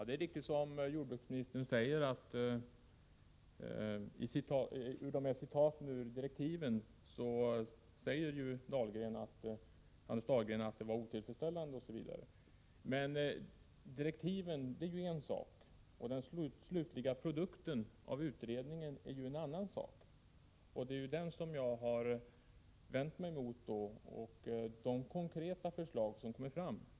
Herr talman! Det är riktigt att Anders Dahlgren i direktiven sade att detta var otillfredsställande — men direktiven är en sak, och den slutliga produkten av utredningen är en annan sak. Det är mot denna och mot de konkreta förslag som kommit fram som jag har vänt mig.